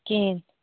کِہیٖنۍ